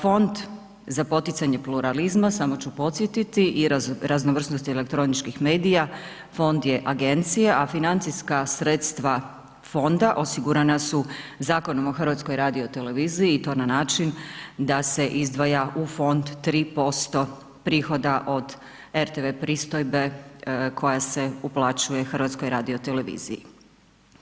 Fond za poticanje pluralizma, samo ću podsjetiti i raznovrsnost elektroničkih medija, fond je agencija, a financijska sredstva fonda, osigurana su Zakonom o HRT-u i to na način da se izdvaja u fond 3% prihoda od RTV pristojbe koja se uplaćuje HRT-u.